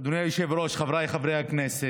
יושב בוועדת שרים לחקיקה.